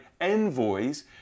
envoys